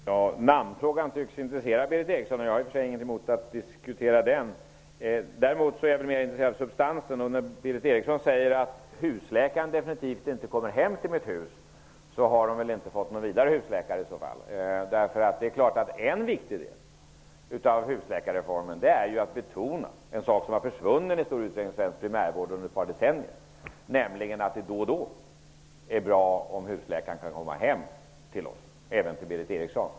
Herr talman! Namnfrågan tycks intressera Berith Eriksson. Jag har i och för sig inget emot att diskutera den, men jag är mer intresserad av substansen. Berith Eriksson sade att husläkaren definitivt inte kommer hem till hennes hus. I så fall har hon väl inte fått någon särskilt bra husläkare. En viktig del i husläkarreformen att betona är något som i stor utsträckning har försvunnit i svensk primärvård under ett par decennier, nämligen att det då och då är bra om husläkaren kan komma hem till oss -- även till Berith Eriksson.